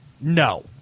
no